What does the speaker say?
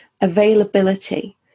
availability